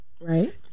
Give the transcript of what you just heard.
Right